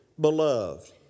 beloved